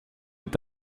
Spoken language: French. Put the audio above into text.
est